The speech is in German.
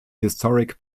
historic